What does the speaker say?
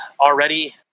already